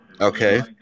Okay